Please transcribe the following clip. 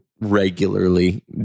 regularly